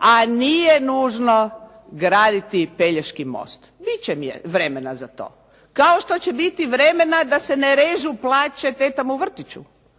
a nije nužno graditi Pelješki most. Bit će vremena za to, kao što će biti vremena da se ne režu plaće tetama u vrtiću.